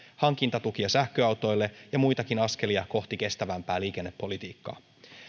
hankintatukea sähköautoille ja muitakin askelia kohti kestävämpää liikennepolitiikkaa